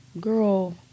Girl